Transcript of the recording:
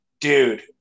dude